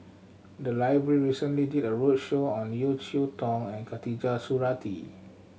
the library recently did a roadshow on Yeo Cheow Tong and Khatijah Surattee